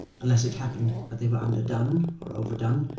unless it happened that they were underdone, or overdone,